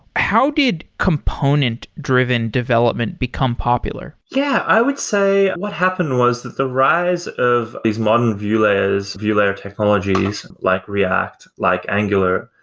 how did component-driven development become popular? yeah. i would say, what happened was that the rise of these modern view layers, view layer technologies like react, like angular,